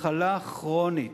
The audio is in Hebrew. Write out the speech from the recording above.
מחלה כרונית.